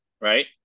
right